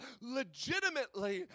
legitimately